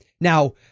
now